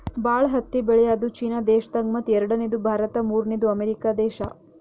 ಭಾಳ್ ಹತ್ತಿ ಬೆಳ್ಯಾದು ಚೀನಾ ದೇಶದಾಗ್ ಮತ್ತ್ ಎರಡನೇದು ಭಾರತ್ ಮೂರ್ನೆದು ಅಮೇರಿಕಾ ದೇಶಾ